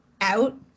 out